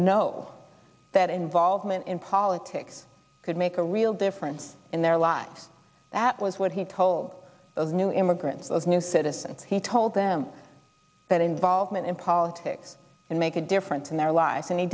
know that involvement in politics could make a real difference in their lives that was what he told the new immigrants of new citizens he told them that involvement in politics and make a difference in their lives and he